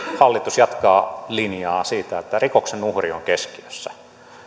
hallitus jatkaa sitä linjaa että rikoksen uhri on keskiössä